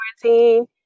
quarantine